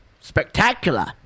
Spectacular